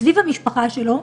סביב המשפחה שלו.